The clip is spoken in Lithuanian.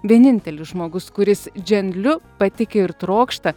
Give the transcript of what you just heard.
vienintelis žmogus kuris dženliu patiki ir trokšta